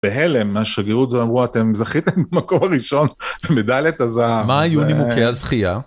בהלם, מהשגרירות אמרו, אתם זכיתם במקום הראשון במדלית הזהה. מה היו נימוקי הזכייה?